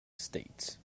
estates